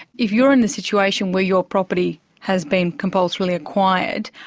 if you're in the situation where your property has been compulsorily acquired,